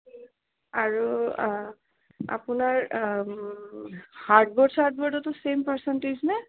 আৰু আপোনাৰ hard board ছাৰ্ড বৰ্ডতো চেম পাৰ্চেণ্টিজ নে